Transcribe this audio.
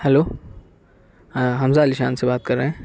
hello Hamza Alishan سے بات کر رہے ہیں